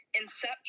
Inception